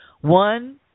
One